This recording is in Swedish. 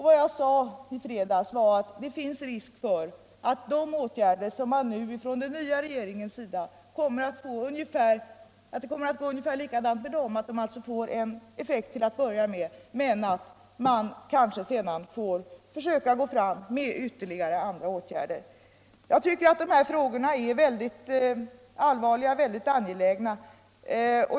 Vad jag sade i fredags var att det finns risk för att det kommer att gå ungefär likadant med de åtgärder som nu vidtas av den nya regeringen; de får kanske en effekt till att börja med men sedan tvingas man försöka med andra slags åtgärder. Jag tycker att de här frågorna är mycket allvarliga och angelägna.